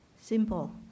simple